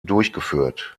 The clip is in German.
durchgeführt